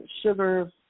sugar